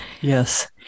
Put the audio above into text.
Yes